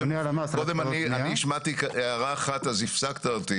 קודם אני השמעתי הערה אחת אז הפסקת אותי.